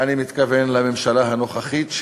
ואני מתכוון לממשלה הנוכחית,